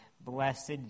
Blessed